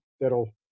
that'll